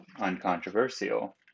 uncontroversial